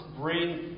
bring